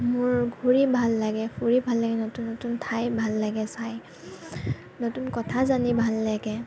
মোৰ ঘূৰি ভাল লাগে ফুৰি ভাল লাগে নতুন নতুন ঠাই ভাল লাগে চাই নতুন কথা জানি ভাল লাগে